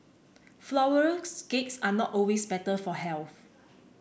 flourless cakes are not always better for health